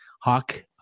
Hawk